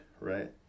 right